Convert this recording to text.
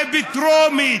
זה בטרומית,